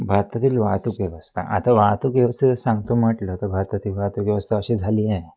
भारतातील वाहतूक व्यवस्था आता वाहतूक व्यवस्थेचं सांगतो म्हटलं तर भारतातील वाहतूक व्यवस्था अशी झाली आहे